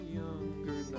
younger